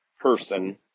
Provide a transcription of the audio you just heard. person